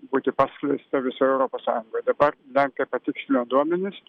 būti paskleista visoje europos sąjungoje dabar darkart patikslino duomenis